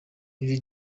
lil